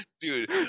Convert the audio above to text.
Dude